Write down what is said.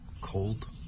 Cold